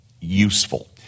useful